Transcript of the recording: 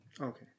Okay